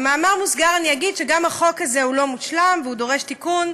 במאמר מוסגר אגיד שגם החוק הזה הוא לא מושלם והוא דורש תיקון,